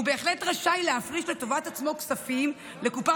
הוא בהחלט רשאי להפריש לטובת עצמו כספים לקופה